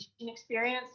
experience